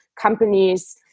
companies